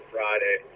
Friday